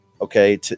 okay